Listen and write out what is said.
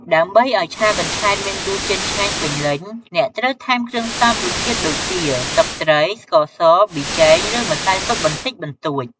ដើម្បីឲ្យឆាកញ្ឆែតមានរសជាតិឆ្ងាញ់ពេញលេញ អ្នកត្រូវ ថែមគ្រឿងផ្សំរសជាតិ ដូចជា ទឹកត្រី ស្ករស ប៊ីចេង ឬម្សៅស៊ុបបន្តិចបន្តួច។